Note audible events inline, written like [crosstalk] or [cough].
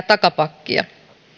[unintelligible] takapakkia